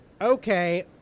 okay